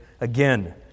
again